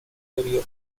career